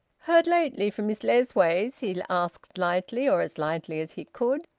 heard lately from miss lessways? he asked lightly, or as lightly as he could.